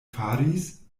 faris